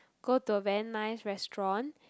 go to a very nice restaurant